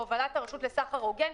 בהובלת הרשות לסחר הוגן,